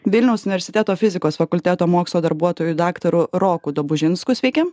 vilniaus universiteto fizikos fakulteto mokslo darbuotoju daktaru roku dabužinsku sveiki